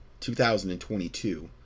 2022